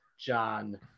John